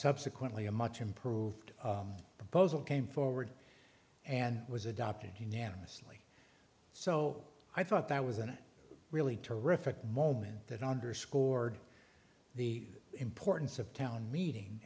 subsequently a much improved proposal came forward and was adopted unanimously so i thought that was an really terrific moment that underscored the importance of town meeting